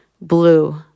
blue